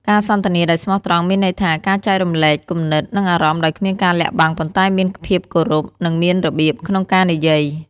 ការសន្ទនាដោយស្មោះត្រង់ មានន័យថា ការចែករំលែកគំនិត និងអារម្មណ៍ដោយគ្មានការលាក់បាំង ប៉ុន្តែមានភាពគោរព និងមានរបៀបក្នុងការនិយាយ។